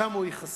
שם הוא ייחסך.